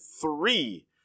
three